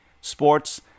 Sports